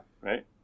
Right